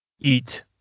eat